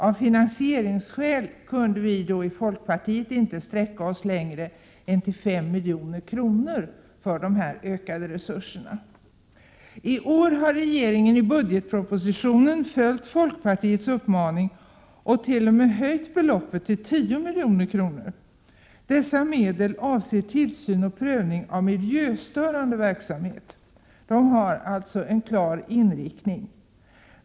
Av finansieringsskäl kunde vi då i folkpartiet inte sträcka oss längre än till 5 milj.kr. i ökade resurser. I år har regeringen i budgetpropositionen följt folkpartiets uppmaning och t.o.m. höjt beloppet till 10 milj.kr. Dessa medel avser tillsyn och prövning av miljöstörande verksamhet. De har alltså en klar inriktning.